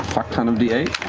fuck-ton of d eight.